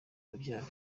urubyaro